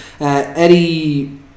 eddie